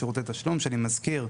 שירותי תשלום שאני מזכיר,